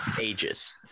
Ages